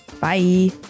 Bye